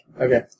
Okay